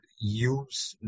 use